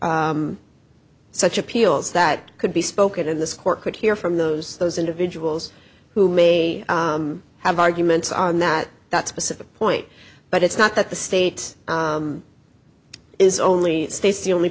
such appeals that could be spoken in this court could hear from those those individuals who may have arguments on that that specific point but it's not that the state is only states the only